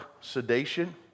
sedation